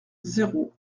zéro